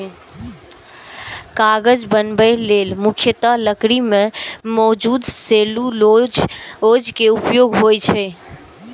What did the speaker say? कागज बनबै लेल मुख्यतः लकड़ी मे मौजूद सेलुलोज के उपयोग होइ छै